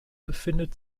befindet